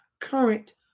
current